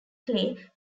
clay